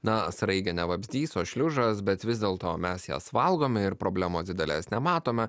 na sraigė ne vabzdys o šliužas bet vis dėlto mes jas valgome ir problemos didelės nematome